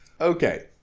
Okay